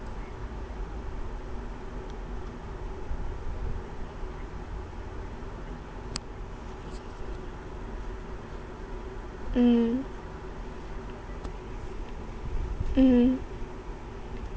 mm mm